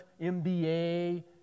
MBA